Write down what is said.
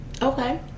Okay